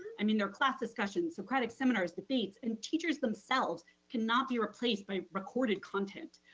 i mean their class discussions, socratic seminars, debates, and teachers themselves can not be replaced by recorded content.